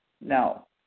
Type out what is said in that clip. No